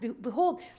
Behold